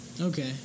Okay